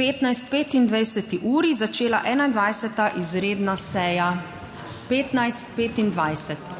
15.25 uri začela 21.(?) izredna seja, 15.25.